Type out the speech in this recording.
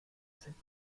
sind